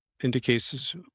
indicates